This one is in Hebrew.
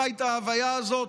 חי את ההוויה הזאת,